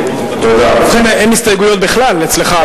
ובכן, אין הסתייגויות בכלל אצלך.